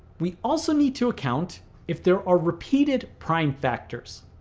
we also need to account if there are repeated prime factors.